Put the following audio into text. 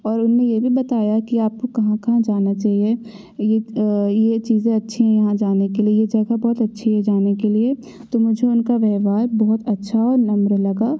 और उन्होंने ये भी बताया कि आपको कहाँ कहाँ जाना चाहिए ये ये चीज़ें अच्छी हैं यहाँ जाने के लिए जगह बहुत अच्छी है जाने के लिए तो मुझे उनका व्यवहार बहुत अच्छा विनम्र लगा